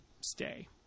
stay